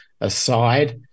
aside